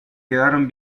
quedaron